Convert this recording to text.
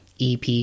EP